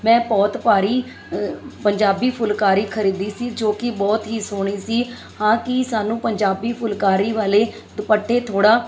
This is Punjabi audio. ਮੈਂ ਬਹੁਤ ਭਾਰੀ ਪੰਜਾਬੀ ਫੁੱਲਕਾਰੀ ਖਰੀਦੀ ਸੀ ਜੋ ਕਿ ਬਹੁਤ ਹੀ ਸੋਹਣੀ ਸੀ ਹਾਂ ਕਿ ਸਾਨੂੰ ਪੰਜਾਬੀ ਫੁੱਲਕਾਰੀ ਵਾਲੇ ਦੁਪੱਟੇ ਥੋੜ੍ਹਾ